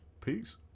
Peace